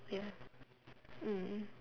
ya mm mm